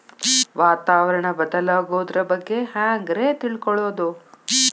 ವಾತಾವರಣ ಬದಲಾಗೊದ್ರ ಬಗ್ಗೆ ಹ್ಯಾಂಗ್ ರೇ ತಿಳ್ಕೊಳೋದು?